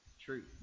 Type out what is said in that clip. truth